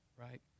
right